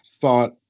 thought